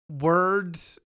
words